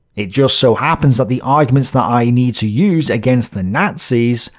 it just so happens that the arguments that i need to use against the nazis,